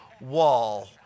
wall